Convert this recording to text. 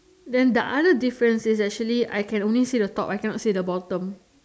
then the other difference is actually I can only see the top I cannot see the bottom